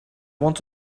want